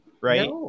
right